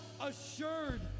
assured